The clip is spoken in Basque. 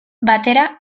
batera